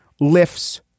lifts